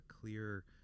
clear